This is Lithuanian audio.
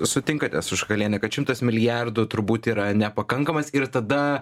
sutinkate su šakaliene kad šimtas milijardų turbūt yra nepakankamas ir tada